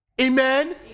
Amen